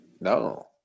No